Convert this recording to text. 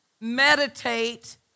meditate